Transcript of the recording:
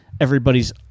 everybody's